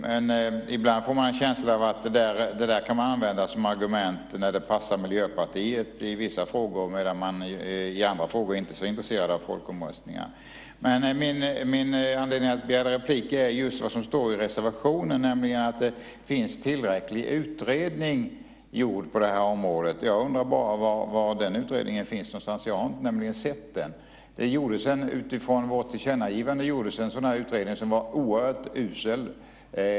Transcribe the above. Men ibland får man en känsla av att man använder det här som argument när det passar Miljöpartiet. Det gäller i vissa frågor, medan Miljöpartiet i andra frågor inte är så intresserat av folkomröstningar. Min anledning att begära replik är just det som står i reservationen, nämligen att det finns tillräcklig utredning gjord på området. Jag undrar bara var den utredningen finns någonstans. Jag har nämligen inte sett den. Det gjordes en utredning utifrån vårt tillkännagivande som var oerhört usel.